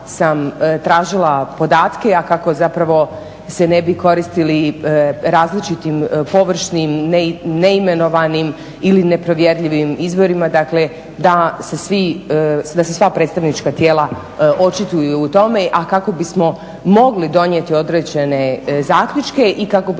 sam tražila podatke, a kako zapravo se ne bi koristili i različitim površnim neimenovanim ili nepovjerljivim izvorima, dakle da se sva predstavnička tijela očituju u tome, a kako bismo mogli donijeti određene zaključke i kako bismo